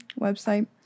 website